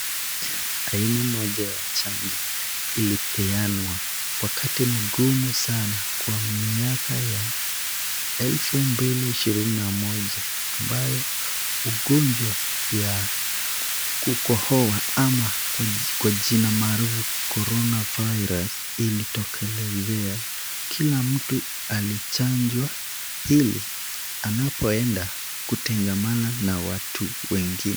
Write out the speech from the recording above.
Aina moja ya chanjo ilipeanwa wakati mgumu sana kwa miaka ya elfu mili na ishirini na moja, ambayo ugonjwa ya kukohoa ama kwa jina maarufu, Corona Virus ilitokelezea. Kila mtu alichanjwa ili anapoenda kutangamana na watu wengine.